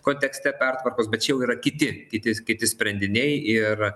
kontekste pertvarkos bet čia jau yra kiti kiti kiti sprendiniai ir